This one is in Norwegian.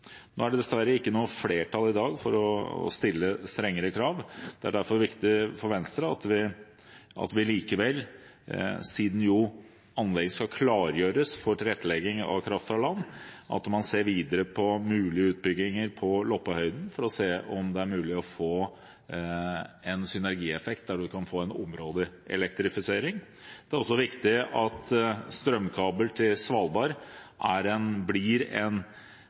Nå er det dessverre ikke noe flertall i dag for å stille strengere krav. Det er derfor viktig for Venstre at vi likevel, siden anlegget skal klargjøres for tilrettelegging for kraft fra land, ser videre på mulige utbygginger på Loppahøyden for å se om det er mulig å få en synergieffekt der man kan få en områdeelektrifisering. Det er også viktig at strømkabel til Svalbard blir en